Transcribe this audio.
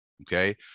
Okay